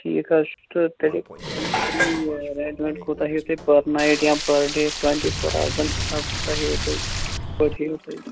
ٹھیٖک حظ چھُ تہٕ تیٚلہِ ؤنۍ زیٚو تُہۍ مےٚ یہِ رینٛٹ وینٛٹ کوتاہ ہییِو تُہی پٔر نایِٹ یا پٔر ڈے ٹُوَنٹی فور ہاورزَن حِسابہٕ کوتاہ ہییِو تُہی کِتھٕ پٲٹھی ہییِو تُہی